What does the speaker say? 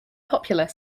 popular